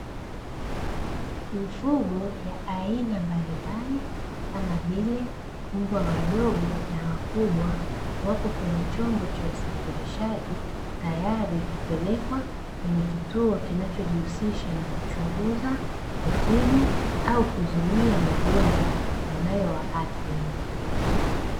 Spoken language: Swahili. Mifugo ya aina mbali mbali, kama vile: mbwa wadogo na wakubwa, wapo kwenye chombo cha usafirishaji tayari kupelekwa kwenye kituo kinachojihusisha na kuchunguza, kutibu au kuzuia magonjwa yanayowaathiri.